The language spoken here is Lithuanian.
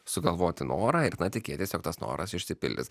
sugalvoti norą ir na tikėtis jog tas noras išsipildys